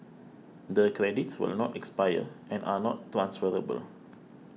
the credits will not expire and are not transferable